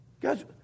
Guys